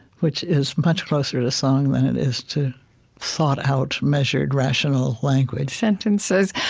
which is much closer to song than it is to thought-out, measured, rational language sentences.